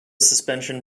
suspension